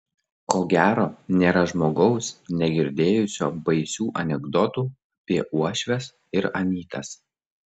ko gero nėra žmogaus negirdėjusio baisių anekdotų apie uošves ir anytas